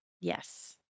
Yes